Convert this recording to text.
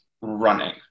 running